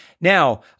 Now